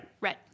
Red